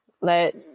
let